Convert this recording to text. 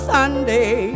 Sunday